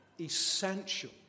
essential